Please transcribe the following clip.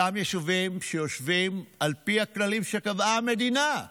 אותם יישובים שיושבים, על פי הכללים שקבעה המדינה,